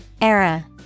Era